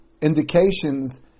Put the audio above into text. indications